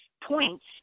points